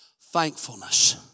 Thankfulness